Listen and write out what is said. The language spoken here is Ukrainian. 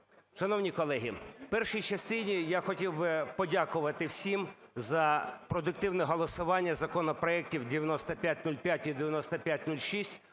Шановні колеги, в першій частині я хотів би подякувати всім за продуктивне голосування законопроектів 9505 і 9506.